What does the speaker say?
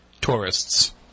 tourists